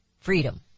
Freedom